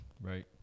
right